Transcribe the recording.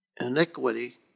iniquity